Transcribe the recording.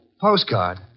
Postcard